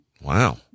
Wow